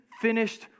finished